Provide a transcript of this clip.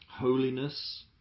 Holiness